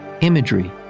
imagery